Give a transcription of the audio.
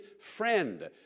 friend